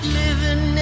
living